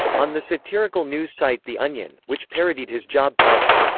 on the satirical news site the onion, which parodied his job title.